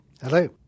Hello